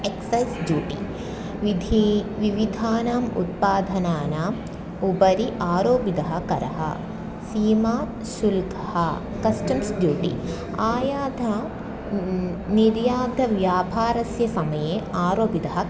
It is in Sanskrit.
एक्सेस् ड्यूटी विधि विविधानाम् उत्पादनानाम् उपरि आरोपितः करः सीमा शुल्कः कस्टम्स् ड्यूटी आयातः निर्यातव्यापारस्य समये आरोपितः करः